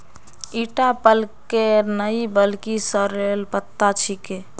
ईटा पलकेर नइ बल्कि सॉरेलेर पत्ता छिके